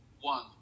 one